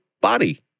body